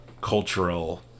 cultural